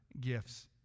gifts